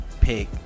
pick